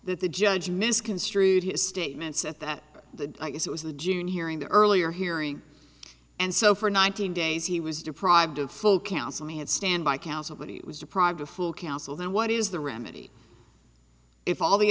that the judge misconstrued his statements at that the i guess it was the june hearing the earlier hearing and so for nineteen days he was deprived of full counsel me and standby counsel but he was deprived of fool counsel then what is the remedy if all the